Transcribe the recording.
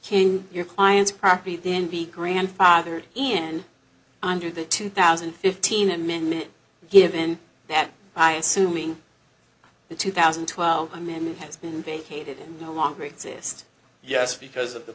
king your client's property and be grandfathered in under the two thousand and fifteen amendment given that by assuming the two thousand and twelve amendment has been vacated it no longer exists yes because of the